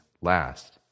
last